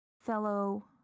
fellow